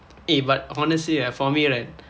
eh but honestly right for me right